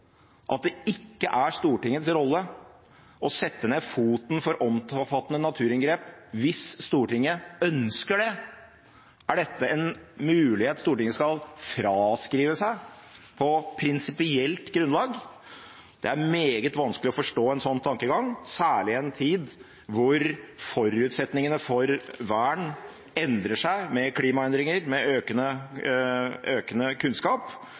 at det ikke er Stortingets rolle å sette ned foten for omfattende naturinngrep hvis Stortinget ønsker det? Er dette en mulighet Stortinget skal fraskrive seg på prinsipielt grunnlag? Det er meget vanskelig å forstå en slik tankegang, særlig i en tid da forutsetningene for vern endrer seg med klimaendringer, med økende kunnskap,